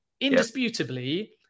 indisputably